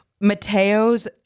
Mateo's